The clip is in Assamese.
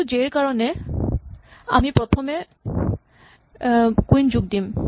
প্ৰতিটো জে ৰ কাৰণে আমি প্ৰথমে কুইন যোগ দিম